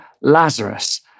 Lazarus